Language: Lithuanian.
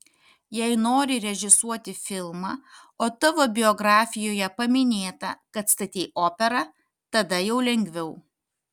jei nori režisuoti filmą o tavo biografijoje paminėta kad statei operą tada jau lengviau